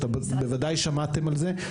בוודאי שמעתם על זה,